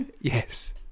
Yes